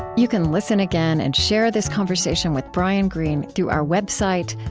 you can listen again and share this conversation with brian greene through our website,